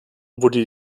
wurde